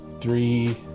Three